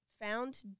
found